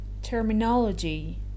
terminology